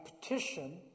petition